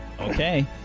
Okay